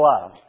love